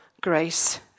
Grace